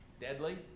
deadly